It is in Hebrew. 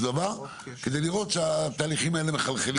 דבר כדי לראות שהתהליכים האלה מחלחלים.